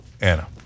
Anna